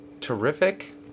Terrific